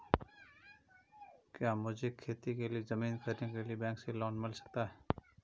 क्या मुझे खेती के लिए ज़मीन खरीदने के लिए बैंक से लोन मिल सकता है?